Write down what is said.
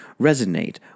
resonate